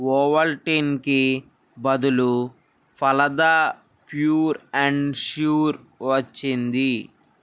ఓవల్టీన్కి బదులు Phalada pure and sure వచ్చింది